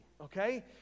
okay